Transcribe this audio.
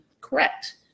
correct